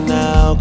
now